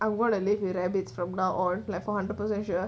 I'm gonna live with rabbits from now on like four hundred percent sure